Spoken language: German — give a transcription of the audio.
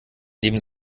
neben